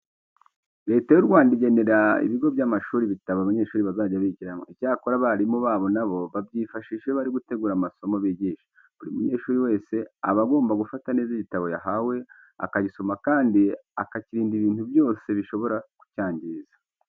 Leta y'u Rwanda igenera ibigo by'amashuri ibitabo abanyeshuri bazajya bigiramo. Icyakora, abarimu babo na bo babyifashisha iyo bari gutegura amasomo bigisha. Buri munyeshuri wese aba agomba gufata neza igitabo yahawe, akagisoma, kandi akakirinda ibintu byose bishobora kucyangiza.